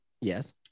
Yes